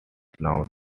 known